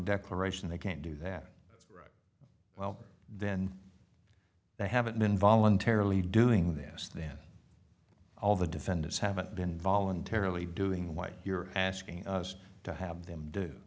declaration they can't do that well then they haven't been voluntarily doing this then all the defendants have been voluntarily doing what you're asking us to have them do